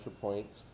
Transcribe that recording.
points